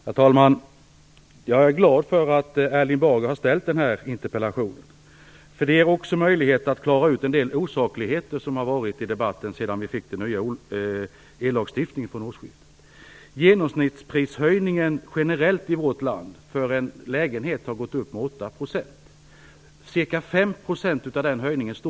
Herr talman! Jag är glad för att Erling Bager har ställt denna interpellation. Det ger mig nämligen möjlighet att klara ut en del osakligheter som har förekommit i debatten sedan vi fick den nya ellagstiftningen vid årsskiftet. Den generella genomsnittsprishöjningen för en lägenhet i vårt land har varit 8 %. Energiskatterna står för ca 5 % av den höjningen.